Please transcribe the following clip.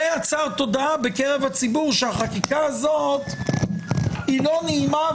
זה יצר תודעה בקרב הציבור שהחקיקה הזאת היא לא נעימה,